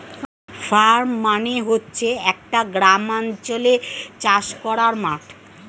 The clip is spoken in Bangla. ফার্ম মানে হচ্ছে একটা গ্রামাঞ্চলে চাষ করার মাঠ